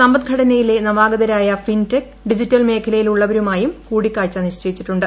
സമ്പദ്ഘടനയിലെ നവാഗതരായ fintech digital മേഖലയിൽ ഉള്ളവരുമായും കൂടിക്കാഴ്ച നിശ്ചയിച്ചിട്ടുണ്ട്